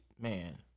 man